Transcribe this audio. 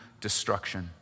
destruction